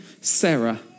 Sarah